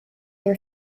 your